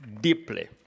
deeply